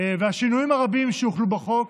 והשינויים הרבים שהוכנסו בחוק.